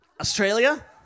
Australia